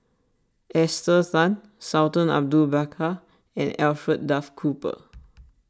Esther Tan Sultan Abu Bakar and Alfred Duff Cooper